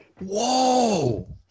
Whoa